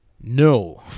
No